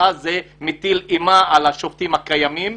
זה מטיל אימה על השופטים הקיימים.